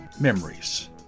memories